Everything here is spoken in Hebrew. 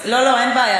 לא, לא, אין בעיה.